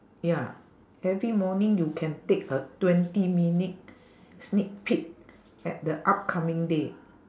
ya every morning you can take a twenty minute sneak peek at the upcoming day